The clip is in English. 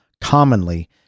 commonly